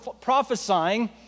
prophesying